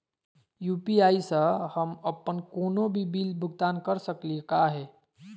UPI स हम अप्पन कोनो भी बिल भुगतान कर सकली का हे?